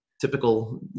typical